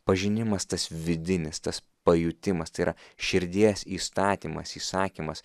pažinimas tas vidinis tas pajutimas tai yra širdies įstatymas įsakymas